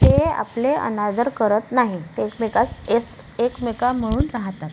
ते आपले अनादर करत नाही ते एकमेकास एस एकमेकास मिळून राहतात